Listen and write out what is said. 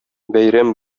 бәйрәм